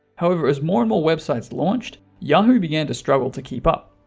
however as more and more websites launched, yahoo began to struggle to keep up.